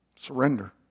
Surrender